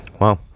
Wow